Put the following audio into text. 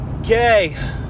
Okay